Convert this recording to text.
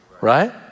right